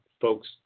folks